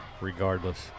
regardless